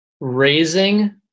raising